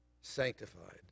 sanctified